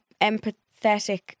empathetic